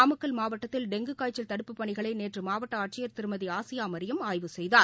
நாமக்கல் மாவட்டத்தில் டெங்கு காய்ச்சல் தடுப்புப் பனிகளை நேற்று மாவட்ட ஆட்சியர் திருமதி ஆசியா மரியம் ஆய்வு செய்தார்